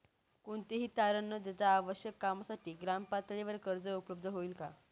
कोणतेही तारण न देता आवश्यक कामासाठी ग्रामपातळीवर कर्ज उपलब्ध होईल का?